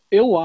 eu